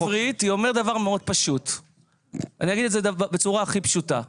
בעברית היא אומרת דבר מאוד פשוט ואני אגיד את זה בצורה הכי פשוטה.